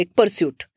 pursuit